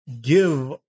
give